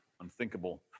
unthinkable